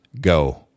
go